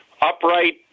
Upright